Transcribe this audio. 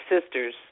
sisters